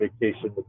vacation